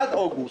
עד אוגוסט.